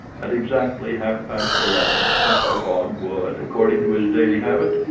at exactly half-past eleven mr. fogg would, according to his daily habit,